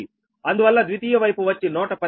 అందువల్ల ద్వితీయ వైపు వచ్చి 115